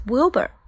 Wilbur